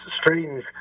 strange